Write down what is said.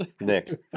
Nick